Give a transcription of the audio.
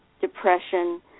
depression